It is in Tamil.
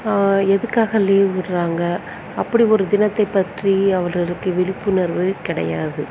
எதுக்காக லீவ் விடுறாங்க அப்படி ஒரு தினத்தை பற்றி அவர்களுக்கு விழிப்புணர்வு கிடையாது